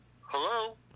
Hello